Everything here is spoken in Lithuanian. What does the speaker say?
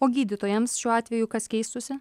o gydytojams šiuo atveju kas keistųsi